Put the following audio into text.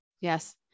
Yes